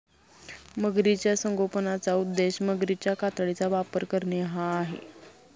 मगरीच्या संगोपनाचा उद्देश मगरीच्या कातडीचा व्यापार करणे हा आहे